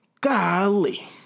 Golly